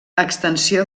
extensió